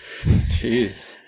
jeez